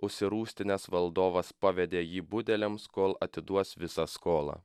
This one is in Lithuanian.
užsirūstinęs valdovas pavedė jį budeliams kol atiduos visą skolą